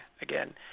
again